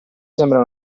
sembra